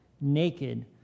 naked